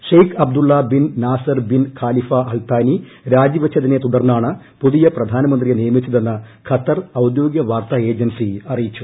Sheikh Abdullah bin Nasser bin Khalifa Al Thani രാജിവെച്ചതിനെത്തുടർന്നാണ് പുതിയ പ്രധാനമന്ത്രിയെ നിയമിച്ചതെന്ന് ഖത്തർ ഔദ്യോഗിക വാർത്താ ഏജൻസി അറിയിച്ചു